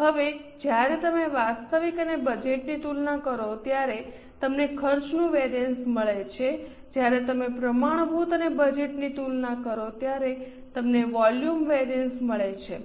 હવે જ્યારે તમે વાસ્તવિક અને બજેટની તુલના કરો ત્યારે તમને ખર્ચનું વેરિઅન્સ મળે છે જ્યારે તમે પ્રમાણભૂત અને બજેટની તુલના કરો ત્યારે તમને વોલ્યુમ વેરિઅન્સ મળે છે